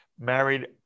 married